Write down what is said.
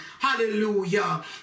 Hallelujah